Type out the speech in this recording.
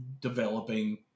developing